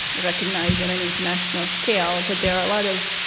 recognized on an international scale. and but there are a lot of,